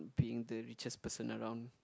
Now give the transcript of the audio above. being the richest person around